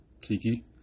Kiki